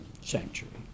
sanctuary